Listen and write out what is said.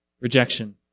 Rejection